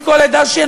מכל עדה שהיא,